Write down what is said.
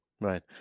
Right